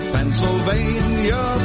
Pennsylvania